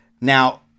Now